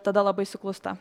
tada labai suklusta